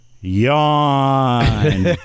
yawn